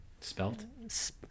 spelt